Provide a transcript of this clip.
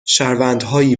شهروندهایی